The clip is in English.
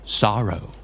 sorrow